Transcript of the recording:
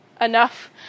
enough